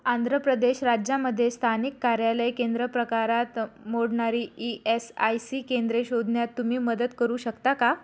आंध्र प्रदेश राज्यामधे स्थानिक कार्यालय केंद्र प्रकारात मोडणारी ई एस आय सी केंद्रे शोधण्यात तुम्ही मदत करू शकता का